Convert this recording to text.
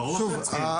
ברור שהם צריכים.